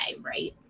right